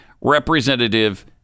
Representative